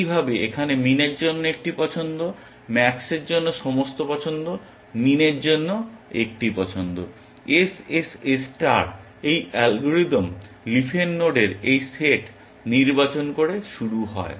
একইভাবে এখানে মিনের জন্য একটি পছন্দ ম্যাক্সের জন্য সমস্ত পছন্দ মিনের জন্য একটি পছন্দ । SSS ষ্টার এই অ্যালগরিদম লিফের নোডের এই সেট নির্বাচন করে শুরু হয়